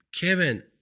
Kevin